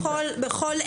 אפשר להשתמש בזה בכל עת.